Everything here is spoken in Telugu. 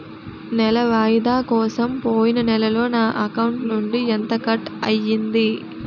నెల వాయిదా కోసం పోయిన నెలలో నా అకౌంట్ నుండి ఎంత కట్ అయ్యింది?